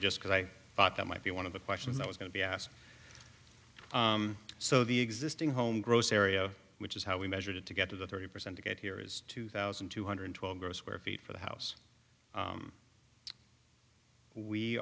just because i thought that might be one of the questions that was going to be asked so the existing home gross area which is how we measured it to get to the thirty percent to get here is two thousand two hundred twelve grow square feet for the house